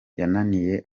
yananiye